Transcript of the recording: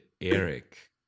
Eric